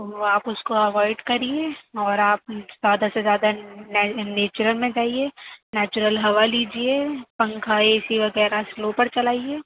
تو آپ اُس کو اوائڈ کریے اور آپ زیادہ سے زیادہ نیچورل میں جائیے نیچورل ہَوا لیجیے پنکھا اے سی وغیرہ سلو پر چلائیے